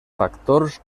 factors